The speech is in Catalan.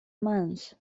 mans